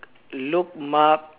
Luke Mark